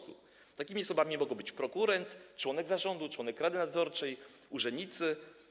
Takimi osobami nie mogą być prokurent, członek zarządu, członek rady nadzorczej, urzędnik.